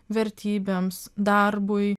vertybėms darbui